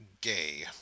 gay